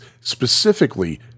Specifically